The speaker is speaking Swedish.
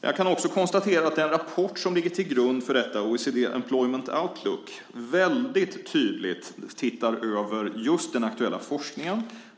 Jag kan också konstatera att den rapport som ligger till grund för detta, OECD Employment Outlook , väldigt tydligt ser över just den aktuella forskningen.